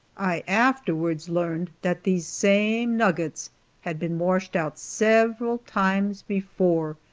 i afterwards learned that these same nuggets had been washed out several times before,